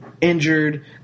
injured